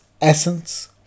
essence